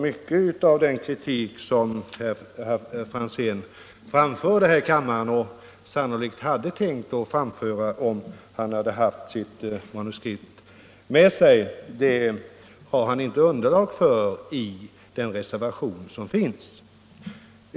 Mycket av den kritik som herr Franzén framförde här i kammaren och den ytterligare kritik som han sannolikt hade tänkt framföra, om han hade haft sitt manuskript med sig, har han inte underlag för i reservationen.